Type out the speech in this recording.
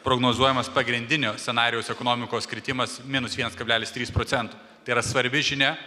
prognozuojamas pagrindinio scenarijaus ekonomikos kritimas minus vienas kablelis trys procento tai yra svarbi žinia